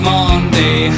Monday